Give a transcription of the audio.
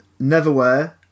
Neverwhere